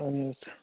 اَہَن حظ